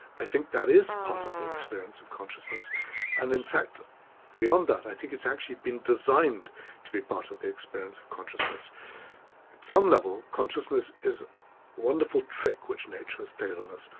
i think that is part of the experience of consciousness and in fact beyond that, i think it's actually been designed to be part of the experience of consciousness. at some level, consciousness is a wonderful trick which nature has played on us,